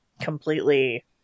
completely